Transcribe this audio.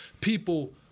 People